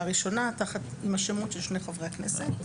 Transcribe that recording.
ראשונה עם השמות של שני חברי הכנסת.